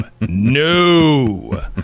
no